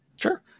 Sure